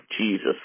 Jesus